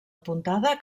apuntada